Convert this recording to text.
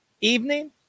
evening